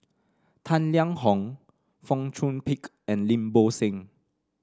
Tang Liang Hong Fong Chong Pik and Lim Bo Seng